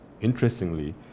interestingly